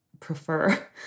prefer